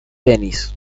denis